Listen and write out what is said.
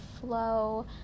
flow